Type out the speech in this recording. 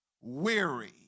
weary